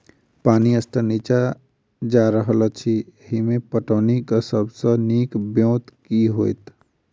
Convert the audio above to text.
पानि स्तर नीचा जा रहल अछि, एहिमे पटौनीक सब सऽ नीक ब्योंत केँ होइत?